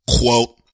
Quote